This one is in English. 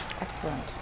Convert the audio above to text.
Excellent